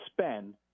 spend